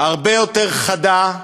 הרבה יותר חדה,